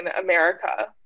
America